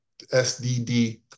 SDD